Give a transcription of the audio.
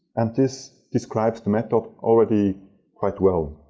and this describes the method already quite well.